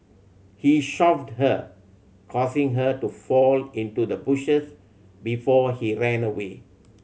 he shoved her causing her to fall into the bushes before he ran away